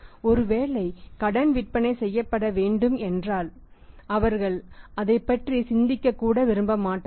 ஒருவேளை கடன் விற்பனை செய்யப்பட வேண்டும் என்றால் அவர்கள் அதைப் பற்றி சிந்திக்க கூட விரும்ப மாட்டார்கள்